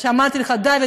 אמרתי לך: דוד,